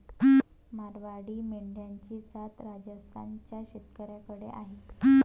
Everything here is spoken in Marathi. मारवाडी मेंढ्यांची जात राजस्थान च्या शेतकऱ्याकडे आहे